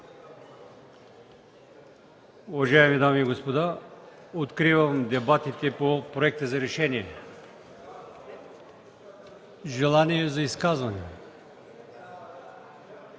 Уважаеми дами и господа, откривам дебатите по Проекта за решение. Желаещи за изказване?